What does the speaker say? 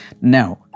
Now